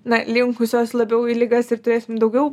na linkusios labiau į ligas ir turėsim daugiau